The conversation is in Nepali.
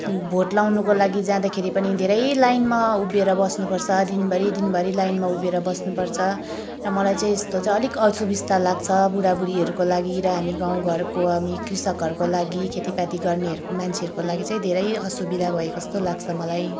भोट लगाउनुको लागि जाँदाखेरि पनि धेरै लाइनमा उभिएर बस्नुपर्छ दिनभरि दिनभरि लाइनमा उभिएर बस्नुपर्छ र मलाई चाहिँ यस्तो चाहिँ अलिक असुविस्ता लाग्छ बुढाबुढीहरूको लागि र हामी गाउँघरको हामी कृषकहरूको लागि खेतीपाती गर्ने मान्छेहरूको लागि चाहिँ धेरै असुविधा भएको जस्तो लाग्छ मलाई